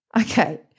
okay